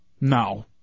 No